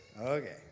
Okay